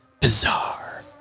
Bizarre